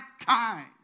time